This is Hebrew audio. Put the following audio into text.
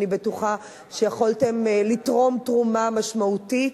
אני בטוחה שיכולתן לתרום תרומה משמעותית.